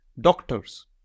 doctors